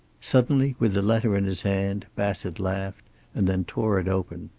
suddenly, with the letter in his hand, bassett laughed and then tore it open.